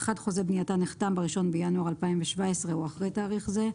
חוזה בנייתה נחתם ב-1 בינואר 2017 או אחרי תאריך זה.